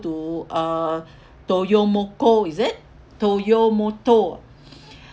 to uh toyomoko is it toyomoto